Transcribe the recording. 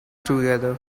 together